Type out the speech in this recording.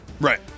Right